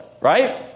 Right